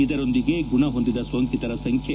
ಇದರೊಂದಿಗೆ ಗುಣ ಹೊಂದಿದ ಸೋಂಕಿತರ ಸಂಖ್ಯೆ